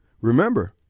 Remember